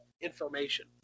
information